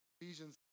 Ephesians